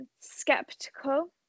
skeptical